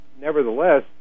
Nevertheless